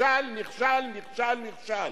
נכשל נכשל, נכשל, נכשל.